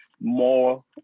more